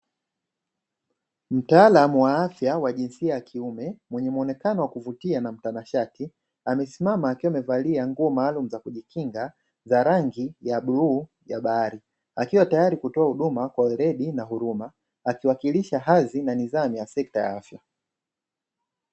Daktari wa afya wa jinsia ya kiume, mwenye muonekano wa kuvutia na mtanashati, amesimama akiwa amevalia nguo maalum za kujikinga za rangi ya bluu ya bahari, akiwa tayari kutoa huduma kwa uledi na huruma, akiwakilisha hazi na nidhamu ya sekta ya afya.